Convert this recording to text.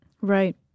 Right